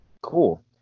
Cool